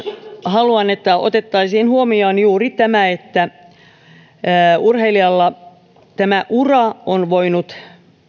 haluan että otettaisiin huomioon juuri tämä että urheilijalla ura on voinut